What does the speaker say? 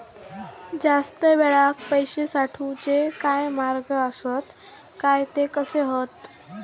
जास्त वेळाक पैशे साठवूचे काय मार्ग आसत काय ते कसे हत?